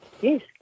Yes